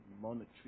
monetary